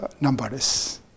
numberless